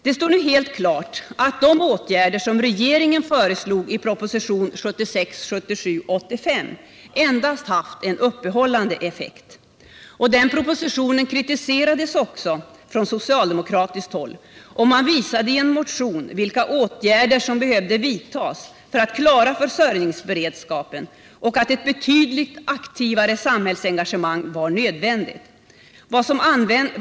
Det står nu helt klart att de åtgärder som regeringen föreslog i propositionen 1976/77:85 endast haft en uppehållande effekt. Den propositionen kritiserades också från socialdemokratiskt håll, och man visade i en motion vilka åtgärder som behövde vidtas för att klara försörjningsberedskapen och att ett betydligt aktivare samhällsengagemang var nödvändigt.